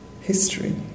history